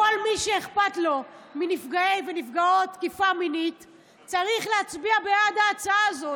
כל מי שאכפת לו מנפגעי ונפגעות תקיפה מינית צריך להצביע בעד ההצעה הזאת,